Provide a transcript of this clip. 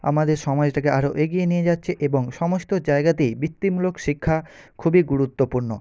আমাদের সমাজটাকে আরও এগিয়ে নিয়ে যাচ্ছে এবং সমস্ত জায়গাতেই বৃত্তিমূলক শিক্ষা খুবই গুরুত্বপূর্ণ